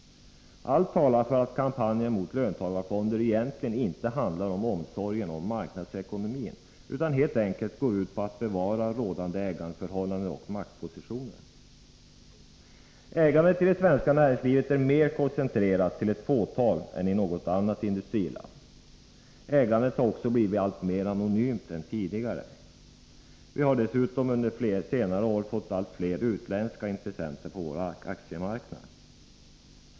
Allt talar för att kampanjen mot löntagarfonder egentligen inte handlar om omsorgen om marknadsekonomin utan helt enkelt går ut på att bevara rådande ägarförhållanden och maktpositioner. Ägandet i det svenska näringslivet är mer koncentrerat till ett fåtal än i något annat industriland. Det har också blivit mer anonymt än tidigare, och vi har dessutom under senare år fått allt fler utländska intressenter på vår aktiemarknad.